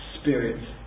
spirit